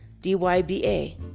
D-Y-B-A